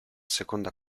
seconda